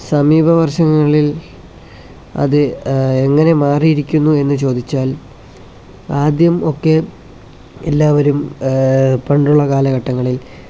സമീപ വർഷങ്ങളിൽ അത് എങ്ങനെ മാറിയിരിക്കുന്നു എന്നു ചോദിച്ചാൽ ആദ്യം ഒക്കെ എല്ലാവരും പണ്ടുള്ള കാലഘട്ടങ്ങളിൽ